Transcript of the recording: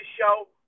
show